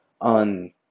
on